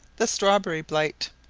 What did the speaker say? the strawberry blite,